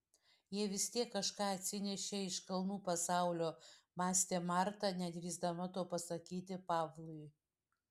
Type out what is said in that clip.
jie vis tiek kažką atsinešė iš kalnų pasaulio mąstė marta nedrįsdama to pasakyti pavlui